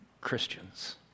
Christians